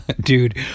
Dude